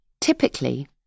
Typically